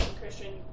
Christian